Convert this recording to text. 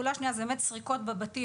פעולה שנייה היא סריקות בבתים